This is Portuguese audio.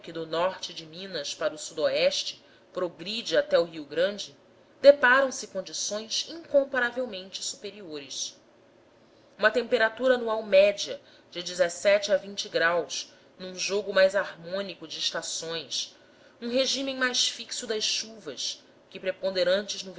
no norte de minas para o sudoeste progride ao rio grande deparam se condições incomparavelmente superiores uma temperatura anual média oscilando de o num jogo mais harmônico de estações um regime mais fixo das chuvas que preponderantes no